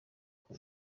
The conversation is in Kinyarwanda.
uko